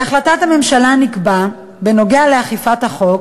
בהחלטת הממשלה נקבע, בנוגע לאכיפת החוק,